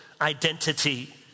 identity